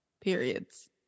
periods